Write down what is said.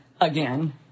again